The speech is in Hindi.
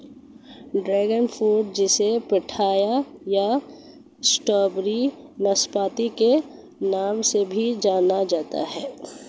ड्रैगन फ्रूट जिसे पिठाया या स्ट्रॉबेरी नाशपाती के नाम से भी जाना जाता है